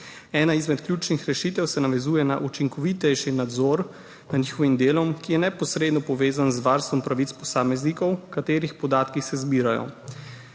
Ena izmed ključnih rešitev se navezuje na učinkovitejši nadzor nad njihovim delom, ki je neposredno povezan z varstvom pravic posameznikov, katerih podatki se zbirajo.